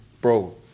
bro